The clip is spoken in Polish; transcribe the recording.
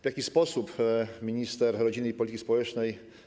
W jaki sposób minister rodziny i polityki społecznej.